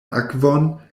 akvon